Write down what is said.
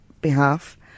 behalf